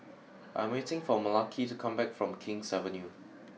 I am waiting for Malaki to come back from King's Avenue